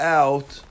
out